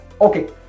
okay